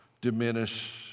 diminish